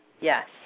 Yes